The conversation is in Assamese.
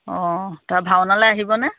অঁ ভাওনালৈ আহিবনে